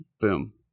Boom